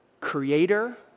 creator